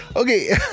Okay